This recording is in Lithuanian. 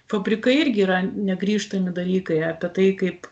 fabrikai irgi yra negrįžtami dalykai apie tai kaip